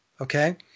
Okay